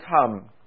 come